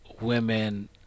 women